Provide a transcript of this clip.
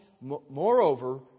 Moreover